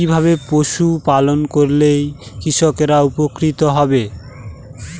কিভাবে পশু পালন করলেই কৃষকরা উপকৃত হবে?